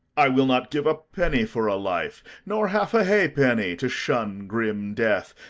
i will not give a penny for a life, nor half a halfpenny to shun grim death,